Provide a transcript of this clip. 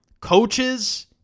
coaches